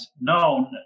known